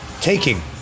taking